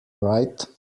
right